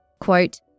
Quote